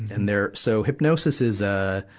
and they're so, hypnosis is, ah,